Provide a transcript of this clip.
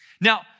Now